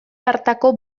hartako